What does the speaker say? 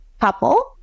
couple